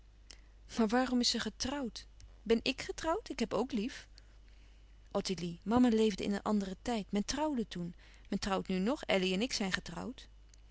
maar waarom is ze getrouwd ben ik getrouwd ik heb ook lief ottilie mama leefde in een anderen tijd men trouwde toen men trouwt nu nog elly en ik zijn getrouwd